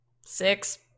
Six